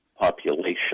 population